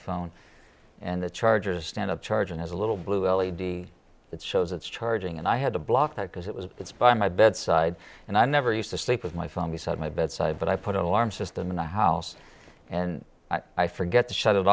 phone and the charger stand up charging as a little blue l e d it shows it's charging and i had to block that because it was it's by my bedside and i never used to sleep with my phone beside my bedside but i put alarm system in the house and i forget to shut it